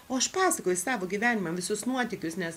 o aš pasakoju savo gyvenimą visus nuotykius nes